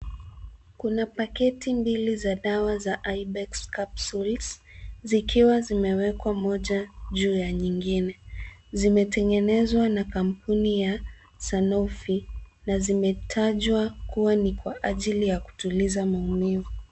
Kuna paketi mbili za dawa za ibex capsules zikiwa zimewekwa moja juu ya nyingine . Zimetengenezwa na kampuni ya sanofi na zimetajwa kuwa ni kwa ajili ya kutuliza maumivu.